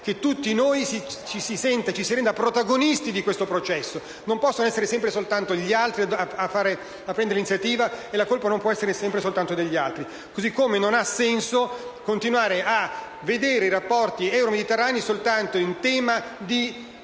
che tutti noi ci si renda protagonisti di questo processo. Non possono essere sempre e soltanto gli altri a prendere l'iniziativa, e la colpa non può essere sempre e soltanto degli altri. Allo stesso modo non ha senso continuare a vedere i rapporti euromediterranei soltanto in termini